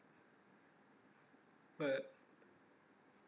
what